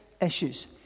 issues